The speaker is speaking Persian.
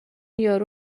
یارو